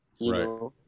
Right